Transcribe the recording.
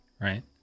Right